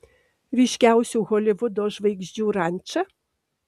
ryškiausių holivudo žvaigždžių ranča